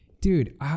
Dude